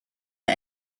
for